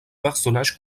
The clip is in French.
personnage